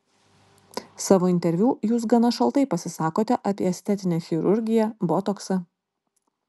savo interviu jūs gana šaltai pasisakote apie estetinę chirurgiją botoksą